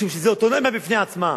משום שזו אוטונומיה בפני עצמה.